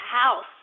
house